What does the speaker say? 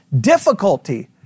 difficulty